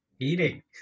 eating